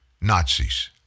Nazis